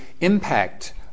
impact